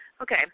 Okay